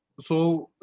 so,